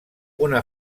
una